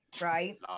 right